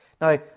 Now